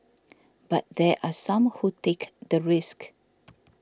but there are some who take the risk